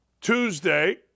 Tuesday